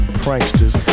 pranksters